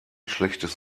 schlechtes